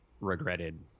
regretted